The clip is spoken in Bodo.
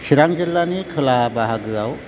चिरां जिल्लानि खोला बाहागोआव